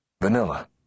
Vanilla